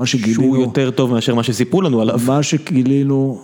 מה שגילו, שהוא יותר טוב מאשר מה שסיפרו לנו עליו, מה שגילינו..